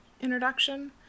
introduction